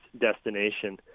destination